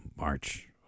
March